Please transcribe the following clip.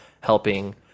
helping